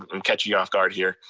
i'm catching you off guard here.